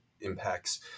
impacts